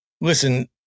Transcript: listen